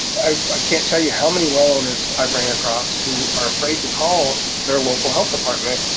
i can't tell you how many well owners i've ran across who are afraid to call their local health department,